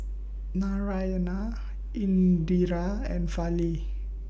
Naraina Indira and Fali